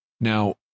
Now